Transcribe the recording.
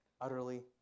utterly